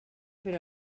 per